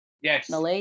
Yes